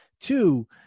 Two